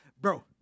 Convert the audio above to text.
bro